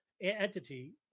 entity